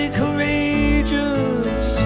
courageous